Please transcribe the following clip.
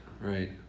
Right